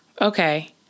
Okay